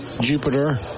Jupiter